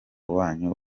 wanyu